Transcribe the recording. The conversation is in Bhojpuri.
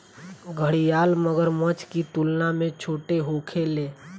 घड़ियाल मगरमच्छ की तुलना में छोट होखेले